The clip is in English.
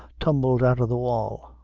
tumbled out of the wall,